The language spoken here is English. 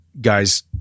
guys